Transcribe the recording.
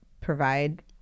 provide